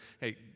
hey